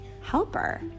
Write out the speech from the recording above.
helper